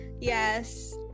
Yes